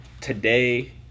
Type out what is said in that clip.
today